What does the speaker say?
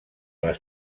les